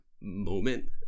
moment